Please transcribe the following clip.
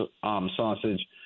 sausage